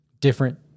different